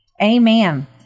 amen